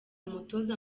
umutoza